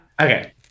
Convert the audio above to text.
okay